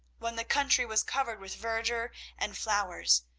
when the country was covered with verdure and flowers,